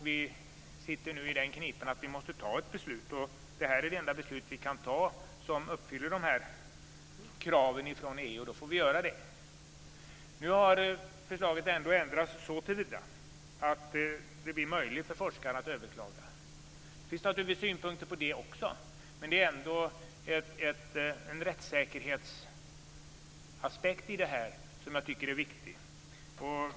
Nu sitter vi i den knipan att vi måste fatta ett beslut. Det här är det enda beslut vi kan fatta som uppfyller kraven från EU, och då får vi göra det. Nu har förslaget ändå ändrats så till vida att det blir möjligt för forskarna att överklaga. Det finns naturligtvis synpunkter på det också, men det här är ändå en rättssäkerhetsaspekt som jag tycker är viktig.